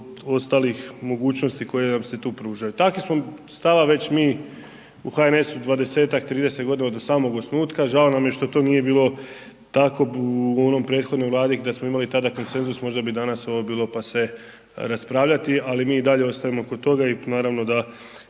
ostalih mogućnosti koje nam se tu pružaju. Takvi smo stava već mi u HNS-u 20, 30 godina od samog osnutka, žao nam je što to nije bilo tako u onom prethodnoj vladi, da smo imali tada konsenzus možda bi danas ovo bilo pase raspravljati, ali mi i dalje ostajemo kod toga i naravno da